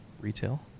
Retail